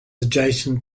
adjacent